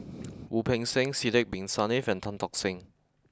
Wu Peng Seng Sidek Bin Saniff and Tan Tock Seng